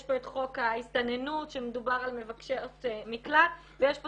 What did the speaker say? יש פה את חוק ההסתננות שמדובר על מבקשות מקלט ויש פה